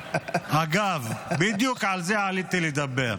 אגב, בדיוק על זה באתי לדבר.